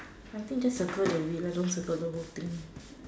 I think just circle the wheel lah don't circle the whole thing